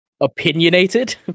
Opinionated